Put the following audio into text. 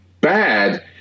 bad